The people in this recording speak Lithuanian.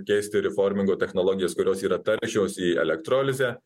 keisti riformingo technologijas kurios yra taršios į elektrolizę